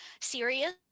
serious